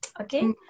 okay